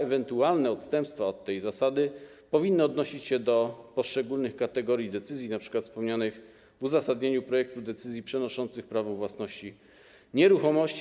Ewentualne odstępstwa od tej zasady powinny odnosić się do poszczególnych kategorii decyzji, np. wspomnianych w uzasadnieniu projektu decyzji przenoszących prawo własności nieruchomości.